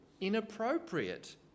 inappropriate